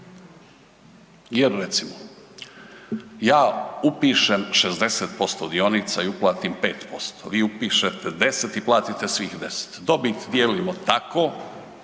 jer recimo ja upišem 60% dionica i uplatim 5%, vi upišete 10 i platite svih 10, dobit dijelimo tako